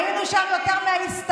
היינו שם יותר מההסתדרות.